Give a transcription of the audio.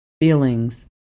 feelings